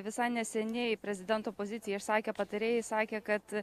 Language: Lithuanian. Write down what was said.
visai neseniai prezidento poziciją išsakę patarėjai sakė kad